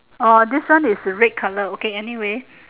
uh this one is red colour okay anyway